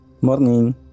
morning